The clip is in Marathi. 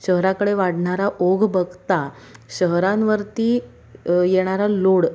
शहराकडे वाढणारा ओघ बघता शहरांवरती येणारा लोड